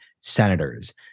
senators